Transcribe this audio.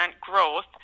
growth